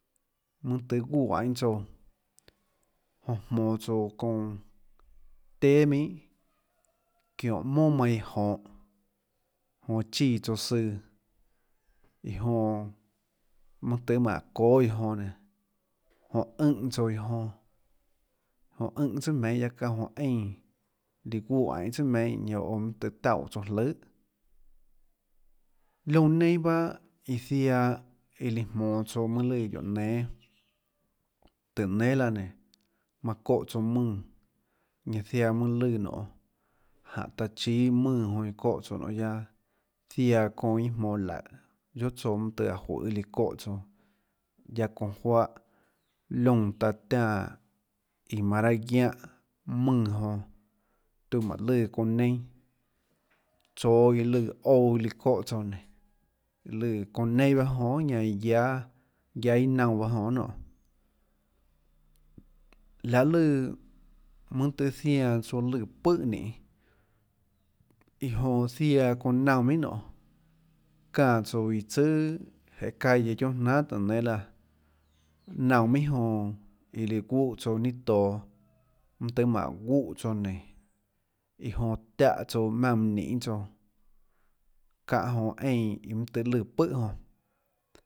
Mønâ tøê guè ainê tsouã jonã jmonå tsouã çounã téà minhà çióhå mónà manã iã jonhå jonã chíã tsouã søã iã jonã mønâ tøê manã çóâ iã jonã nénå jonã ùnhã tsouã iã jonã jonã ùnhã tsùà meinhâ guiaâ çáhå jonã eínã líã guè ainê tsùà meinhâ ñanã oå mønâ tøê tauè tsouã jløhà liónã neinâ bahâ iã ziaã iã líã jmonå tsouã mønâ lùã guióå nénâ tùhå nénâ laã nénå manã çóhã tsouã mùnã ñanã ziaã mønâ lùã nonhê jáhå taã chíâ mùnã jonã iã çóhã tsouã nonhê guiaâ ziaã çounã iâ jmonå laùhå guiohà tsouã mønâ tùhå áå juøê líã çóhã tsouã guiaâ çounã juáhã liónã taã tiánã iã manã raâ guiáhã mùnã jonã tiuã mánhå lùã çounã neinâ tsoå iå lùã ouã iã lùã çóhã tsouã nénå lùã çounã neinâ bahâ jonã ñanã iã guiáâ guiáâiâ naunã bahâ jonã guiohà nónhå láhã lùã mønâ tøhê zianã tsouã lùã pøhà ninê iã jonã ziaã çounã naunã minhà nonê çánã tsouã iã tsùà jeê calle guiónà jnanhà tùå nénâ laã naunã minhà jonã iã líã guuè tsouã ninâ toå mønâ tøê manã guuè tsouã nénå iã jonã tiáhã tsouã maùnã mønã ninê tsouã çáhã jonã eínã mønâ tøhê lùã pøhà jonã.